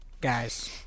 guys